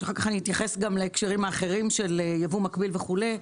ואחר כך אני אתייחס גם להקשרים אחרים של יבוא מקביל וכולי.